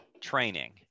training